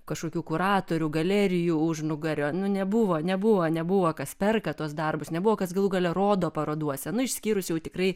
kažkokių kuratorių galerijų užnugario nebuvo nebuvo nebuvo kas perka tuos darbus nebuvo kas galų gale rodo parodose nu išskyrus jau tikrai